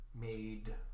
made